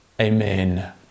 Amen